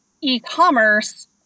e-commerce